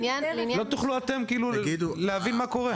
אתם לא תוכלו להבין מה קורה.